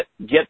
get –